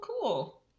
cool